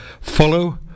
Follow